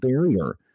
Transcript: barrier